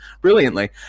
brilliantly